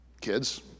Kids